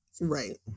Right